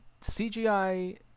CGI